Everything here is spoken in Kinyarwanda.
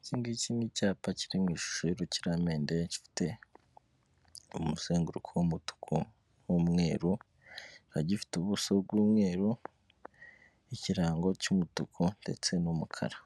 Ikingiki icyapa kiri mu ishusho y'urukiramende, gifite umuzenguruko w'umutuku n'umweru, gifite ubuso bw'umweru ikirango cy'umutuku ndetse n'umukara,